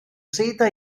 seta